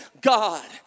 God